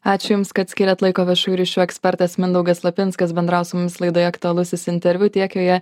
ačiū jums kad skyrėt laiko viešųjų ryšių ekspertas mindaugas lapinskas bendravo su mumis laidoje aktualusis interviu tiek joje